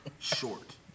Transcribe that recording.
Short